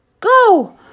go